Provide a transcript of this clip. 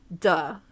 duh